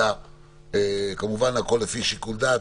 אלא להפעיל שיקול דעת,